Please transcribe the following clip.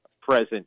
present